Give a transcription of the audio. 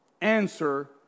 answer